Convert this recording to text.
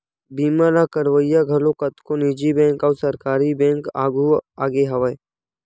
बीमा ल करवइया घलो कतको निजी बेंक अउ सरकारी बेंक आघु आगे हवय